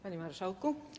Panie Marszałku!